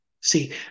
See